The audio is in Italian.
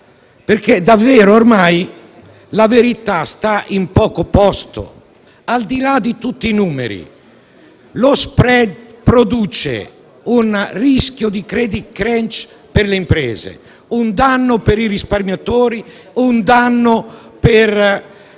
capire così? Ormai la verità sta in poco posto, al di là di tutti i numeri. Lo *spread* produce un rischio di *credit crunch* per le imprese, un danno per i risparmiatori e un danno per